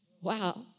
Wow